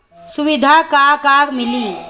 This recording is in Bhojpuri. सुविधा का का मिली?